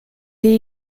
est